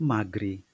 Magri